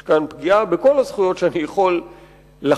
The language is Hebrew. יש כאן פגיעה בכל הזכויות שאני יכול לחשוב